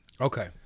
Okay